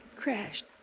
Crashed